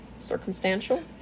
circumstantial